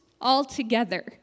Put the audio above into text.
altogether